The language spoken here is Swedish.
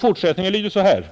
Fortsättningen lyder: